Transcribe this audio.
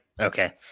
Okay